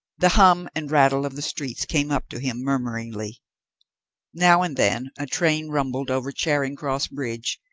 the hum and rattle of the streets came up to him murmuringly now and then a train rumbled over charing cross bridge,